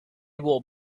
will